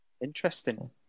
Interesting